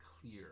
clear